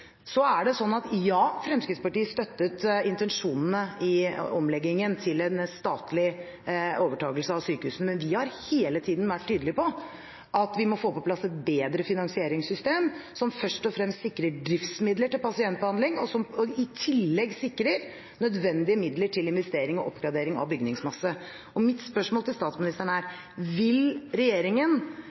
Ja, Fremskrittspartiet støttet intensjonene i omleggingen til en statlig overtagelse av sykehusene. Men vi har hele tiden vært tydelige på at vi må få på plass et bedre finansieringssystem, som først og fremst sikrer driftsmidler til pasientbehandling, og som i tillegg sikrer nødvendige midler til investering og oppgradering av bygningsmasse. Mitt spørsmål til statsministeren er: Vil regjeringen